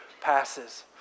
passes